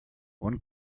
one